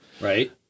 Right